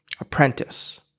apprentice